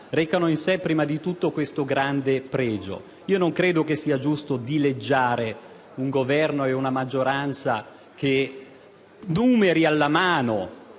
recano in sé, prima di tutto, questo grande pregio. Non credo sia giusto dileggiare un Governo e una maggioranza che, numeri alla mano,